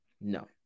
No